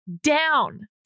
down